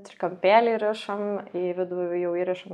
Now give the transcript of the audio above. trikampėlį rišam į vidų jau įrišam